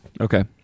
Okay